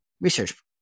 research